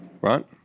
right